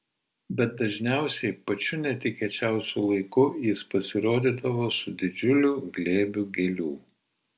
bet dažniausiai pačiu netikėčiausiu laiku jis pasirodydavo su didžiuliu glėbiu gėlių